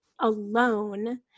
alone